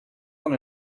con